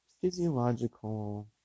physiological